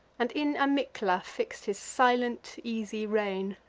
and in amycla fix'd his silent easy reign.